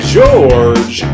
George